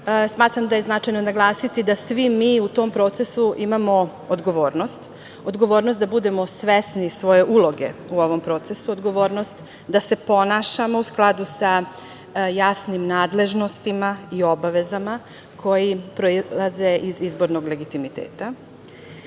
EU.Smatram da je značajno naglasiti da svi mi u tom procesu imamo odgovornost. Odgovornost da budemo svesni svoje uloge u ovom procesu, odgovornost da se ponašamo u skladu sa jasnim nadležnostima i obavezama koje proizilaze iz izbornog legitimiteta.